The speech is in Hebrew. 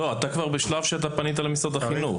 אתה כבר בשלב שבו אתה פנית למשרד החינוך,